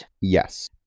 Yes